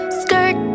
skirt